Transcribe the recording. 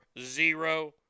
Zero